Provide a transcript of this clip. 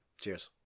cheers